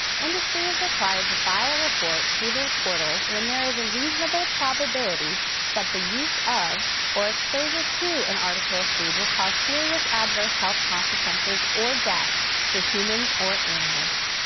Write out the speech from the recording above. industry is required to file a report through the portal when there is a reasonable probability that the use of or exposure to an article of food will cause serious adverse health consequences or death to humans or animals.